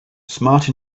smart